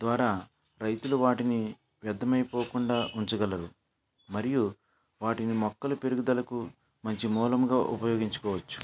ద్వారా రైతులు వాటిని వ్యర్ధమైపోకుండా ఉంచగలరు మరియు వాటిని మొక్కల పెరుగుదలకు మంచి మూలముగా ఉపయోగించుకోవచ్చు